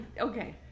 okay